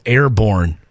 Airborne